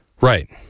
right